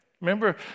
Remember